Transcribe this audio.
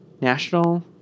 National